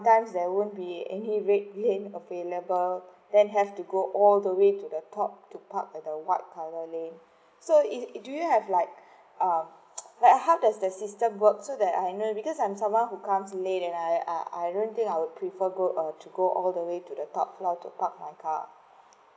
there won't be any red lane available then have to go all the way to the top to park the white colour lane so if do you have like err like how does the system works so that I know because I'm someone who comes late and I uh I don't think I would prefer go err to go all the way to the top floor to park my car